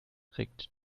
regt